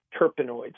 terpenoids